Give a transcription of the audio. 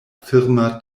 firma